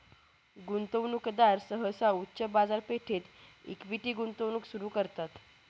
गुंतवणूकदार सहसा उच्च बाजारपेठेत इक्विटी गुंतवणूक सुरू करतात